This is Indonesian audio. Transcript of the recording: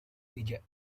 meja